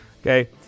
Okay